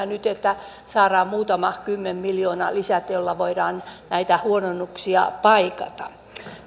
nyt että saadaan muutaman kymmenen miljoonan lisät joilla voidaan näitä huononnuksia paikata